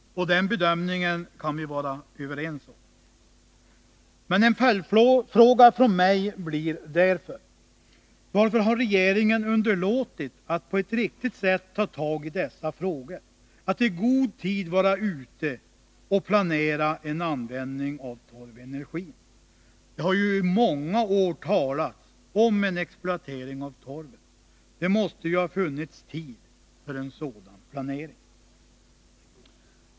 Den bedömningen kan vi vara överens om. Men en följdfråga från mig blir därför: Varför har regeringen underlåtit att på ett riktigt sätt ta tag i dessa frågor, att i god tid vara ute och planera en användning av torvenergin? Det har ju i många år talats om en exploatering av torven, och det måste ju ha funnits tid för en sådan planering.